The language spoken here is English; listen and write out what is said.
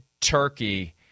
turkey